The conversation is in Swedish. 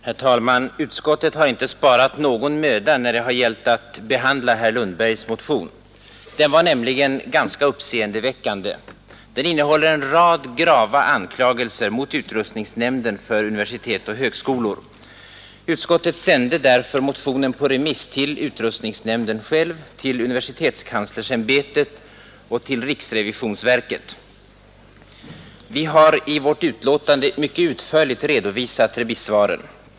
Herr talman! Utskottet har inte sparat någon möda när det har gällt att behandla herr Lundbergs motion. Den var nämligen ganska uppseendeväckande. Den innehåller en rad grava anklagelser mot utrustningsnämnden för universitet och högskolor. Utskottet sände därför motionen på remiss till utrustningsnämnden själv, till universitetskanslersämbetet och till riksrevisionsverket. Vi har i vårt betänkande mycket utförligt redovisat remissvaren.